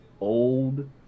old